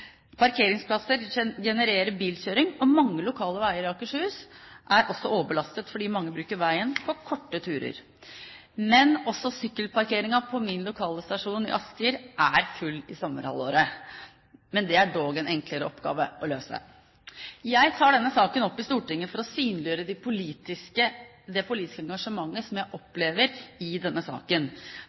Parkeringsplasser genererer bilkjøring, og mange lokale veier i Akershus er også overbelastet fordi mange bruker bilen på korte turer. Men også sykkelparkeringen på min lokale stasjon i Asker er full i sommerhalvåret. Det er dog en enklere oppgave å løse. Jeg tar denne saken opp i Stortinget for å synliggjøre det politiske engasjementet som jeg opplever i denne saken.